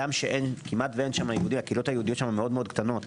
הגם שכמעט אין שם יהודים הקהילות היהודיות שם מאוד קטנות,